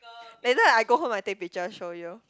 later I go home I take picture show you